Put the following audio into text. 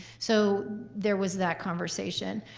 so there was that conversation.